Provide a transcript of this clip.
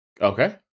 Okay